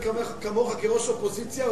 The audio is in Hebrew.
אם נתניהו מדבר כמוך כראש אופוזיציה,